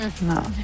No